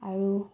আৰু